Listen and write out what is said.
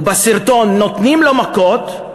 ובסרטון נותנים לו מכות,